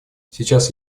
сейчас